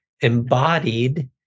embodied